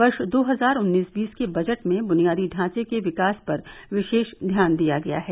वर्ष दो हजार उन्नीस बीस के बजट में बुनियादी ढांचे के विकास पर विशेष ध्यान दिया गया है